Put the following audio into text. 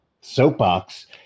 soapbox